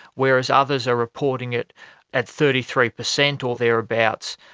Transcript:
whereas others are reporting it at thirty three percent or thereabouts.